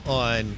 on